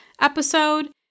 episode